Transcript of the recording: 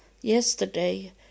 yesterday